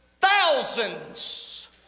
thousands